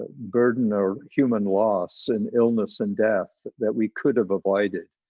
burden or human loss and illness and death that we could've avoided,